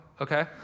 okay